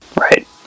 Right